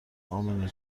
امنه